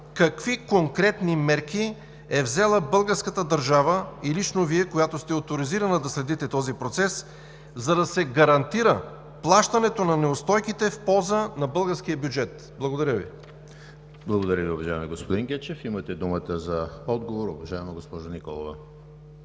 какви конкретни мерки е взела българската държава и лично Вие, която сте оторизирана да следите този процес, за да се гарантира плащането на неустойките в полза на българския бюджет? Благодаря Ви. ПРЕДСЕДАТЕЛ ЕМИЛ ХРИСТОВ: Благодаря Ви, уважаеми господин Гечев. Имате думата за отговор, уважаема госпожо Николова.